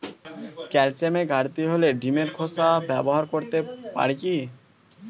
ক্যালসিয়ামের ঘাটতি হলে ডিমের খোসা ব্যবহার করতে পারি কি?